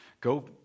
Go